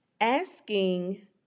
asking